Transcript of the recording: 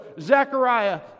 Zechariah